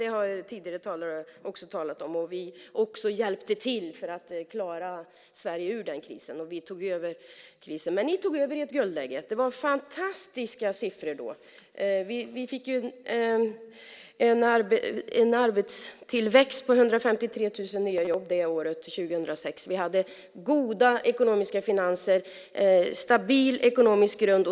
Det har tidigare talare också talat om. Vi hjälpte till för att klara Sverige ur den krisen, och vi tog över i krisen. Men ni tog över i ett guldläge. Det var fantastiska siffror då. Det året, 2006, fick vi en arbetstillväxt på 153 000 nya jobb. Vi hade goda ekonomiska finanser och en stabil ekonomisk grund.